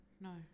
no